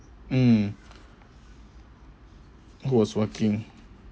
mm who was working